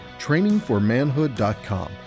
trainingformanhood.com